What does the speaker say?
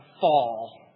fall